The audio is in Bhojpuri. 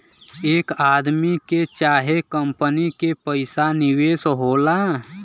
एक आदमी के चाहे कंपनी के पइसा निवेश होला